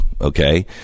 Okay